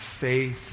faith